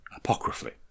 apocryphally